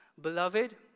Beloved